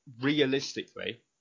realistically